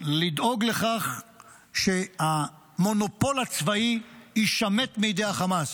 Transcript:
------- לדאוג לכך שהמונופול הצבאי יישמט מידי החמאס,